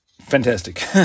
fantastic